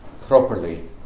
properly